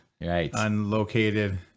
unlocated